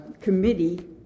committee